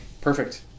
perfect